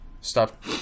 Stop